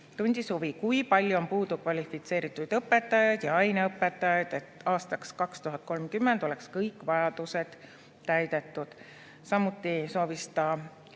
tundis huvi, kui palju on puudu kvalifitseeritud õpetajaid ja aineõpetajaid, et aastaks 2030 oleks kõik vajadused täidetud. Samuti soovis ta